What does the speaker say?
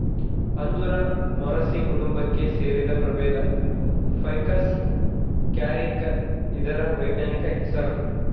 ಅಂಜೂರ ಮೊರಸಿ ಕುಟುಂಬಕ್ಕೆ ಸೇರಿದ ಪ್ರಭೇದ ಫೈಕಸ್ ಕ್ಯಾರಿಕ ಇದರ ವೈಜ್ಞಾನಿಕ ಹೆಸರು